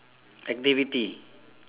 activity